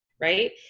right